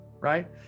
right